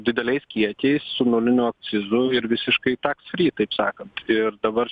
dideliais kiekiais su nuliniu akcizu ir visiškai taks taip sakant ir dabar